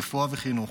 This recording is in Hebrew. רפואה וחינוך.